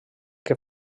que